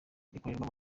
ikorerwamo